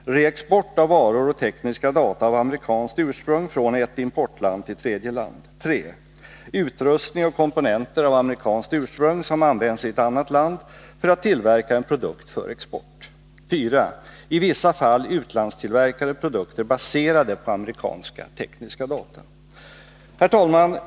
Reexport av varor och tekniska data av amerikanskt ursprung från ett importland till tredje land. 3. Utrustning och komponenter av amerikanskt ursprung som används i ett annat land för att tillverka en produkt för export. 4. I vissa fall utlandstillverkade produkter baserade på amerikanska tekniska data. Herr talman!